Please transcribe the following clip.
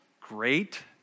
great